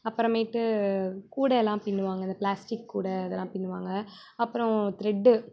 அப்புறமேட்டு கூடெல்லாம் பின்னுவாங்க இந்த பிளாஸ்டிக் கூட அதெல்லாம் பின்னுவாங்க அப்புறம் த்ரெட்டு